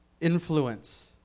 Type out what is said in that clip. influence